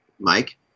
mike